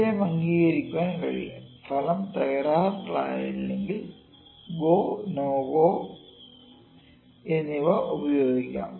വിജയം അംഗീകരിക്കാൻ കഴിയും ഫലം തകരാറിലല്ലെങ്കിൽ " ഗോ നോ ഗോ" എന്നിവ ഉപയോഗിക്കാം